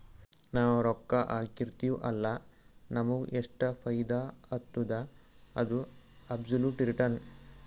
ನಾವ್ ರೊಕ್ಕಾ ಹಾಕಿರ್ತಿವ್ ಅಲ್ಲ ನಮುಗ್ ಎಷ್ಟ ಫೈದಾ ಆತ್ತುದ ಅದು ಅಬ್ಸೊಲುಟ್ ರಿಟರ್ನ್